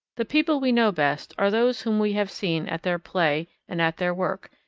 the people we know best are those whom we have seen at their play and at their work,